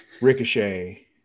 Ricochet